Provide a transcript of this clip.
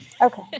Okay